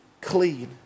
clean